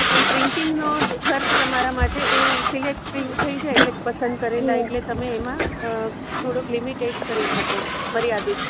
પણ પ્રિન્ટિંગનો ખર્ચ તમારા માટે એ સિલેક્ટિવ થઈ જાય એક એક પસંદ કરલા એટલે તમે એમાં થોડોક લિમિટેડ કરી શકો મર્યાદિત